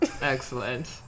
excellent